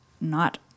not-